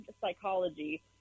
psychology